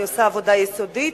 אני עושה עבודה יסודית.